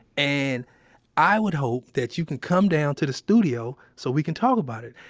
and i would hope that you can come down to the studio so we can talk about it.